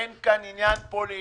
אין פה עניין פוליטי,